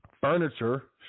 Furniture